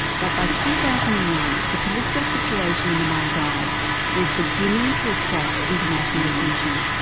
but by two thousand and one the political situation in the maldives was beginning to attract international attention.